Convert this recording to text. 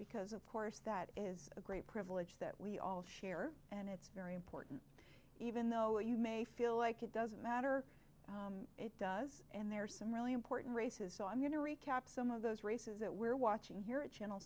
because of course that is a great privilege that we all share and it's very even though you may feel like it doesn't matter it does and there are some really important races so i'm going to recap some of those races that we're watching here at channel